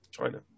China